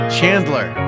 Chandler